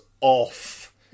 off